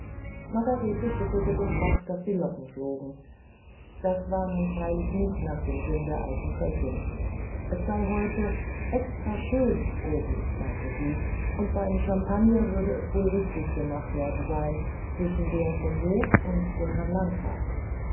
margarete schüttelte den kopf daß die locken flogen das war nun freilich nicht nach dem sinn der alten köchin es sei heute extra schön oben meinte sie und beim champagner würde es wohl richtig gemacht worden sein zwischen der vom hofe und dem herrn landrat